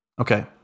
Okay